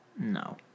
no